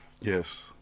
Yes